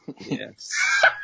Yes